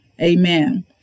amen